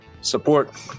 Support